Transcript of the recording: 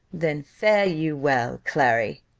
then fare you well, clary,